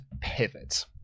pivot